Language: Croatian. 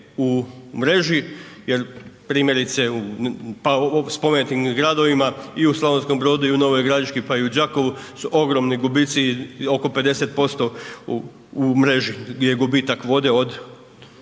u mreži? Jer primjerice pa u spomenutim gradovima i u Slavonskom Brodu i u Novoj Gradiški pa i u Đakovu su ogromni gubici, oko 50% u mreži je gubitak vode od